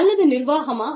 அல்லது நிர்வாகமா